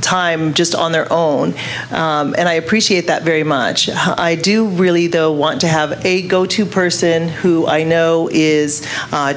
time just on their own and i appreciate that very much i do really though want to have a go to person who i know is